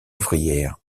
ouvrière